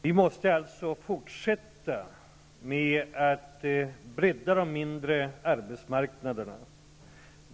Vi måste alltså fortsätta med att bredda de mindre arbetsmarknaderna.